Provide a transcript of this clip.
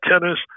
tennis